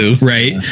right